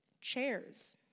chairs